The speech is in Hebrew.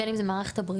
בין אם זה מערכת הבריאות,